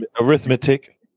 arithmetic